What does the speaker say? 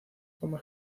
como